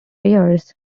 years